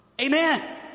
Amen